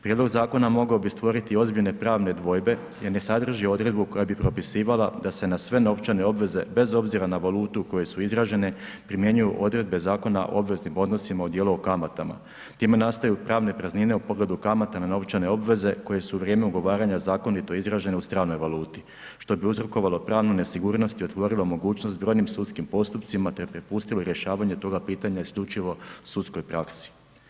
Prijedlog zakona mogao bi stvoriti ozbiljne pravne dvojbe jer ne sadrži odredbu koja bi propisivala da se na sve novčane obveze bez obzira na valutu u kojoj su izražene primjenjuju odredbe Zakona o obveznim odnosima u dijelu o kamatama, time nastaju pravne praznine u pogledu kamata na novčane obveze koje su u vrijeme ugovaranja zakonito izražene u stranoj valuti, što bi uzrokovalo pravnu nesigurnost i otvorilo mogućnost brojnim sudskim postupcima, te prepustilo rješavanje toga pitanja isključivo sudskoj praksi.